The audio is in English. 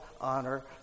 honor